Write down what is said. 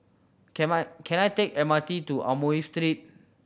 came I can I take M R T to Amoy Street